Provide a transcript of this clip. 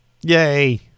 Yay